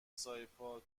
سایپا